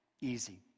Easy